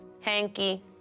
Hanky